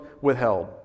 withheld